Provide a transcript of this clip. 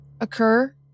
occur